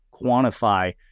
quantify